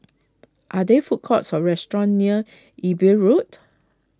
are there food courts or restaurants near Imbiah Road